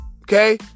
okay